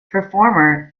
performer